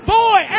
boy